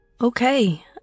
Okay